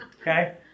Okay